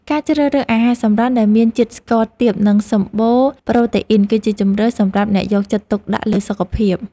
ការជ្រើសរើសអាហារសម្រន់ដែលមានជាតិស្ករទាបនិងសម្បូរប្រូតេអ៊ីនគឺជាជម្រើសសម្រាប់អ្នកយកចិត្តទុកដាក់លើសុខភាព។